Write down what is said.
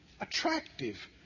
attractive